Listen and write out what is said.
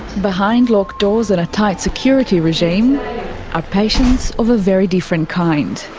behind locked doors and a tight security regime are patients of a very different kind.